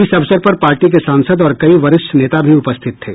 इस अवसर पर पार्टी के सांसद और कई वरिष्ठ नेता भी उपस्थित थे